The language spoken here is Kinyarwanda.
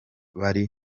bari